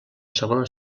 segona